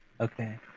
okay